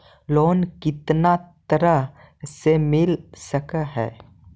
Loan कितना तरह से मिल सक है?